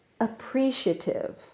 appreciative